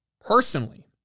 Personally